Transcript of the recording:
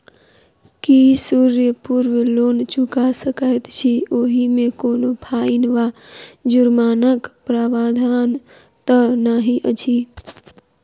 की समय पूर्व लोन चुका सकैत छी ओहिमे कोनो फाईन वा जुर्मानाक प्रावधान तऽ नहि अछि?